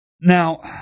Now